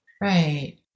Right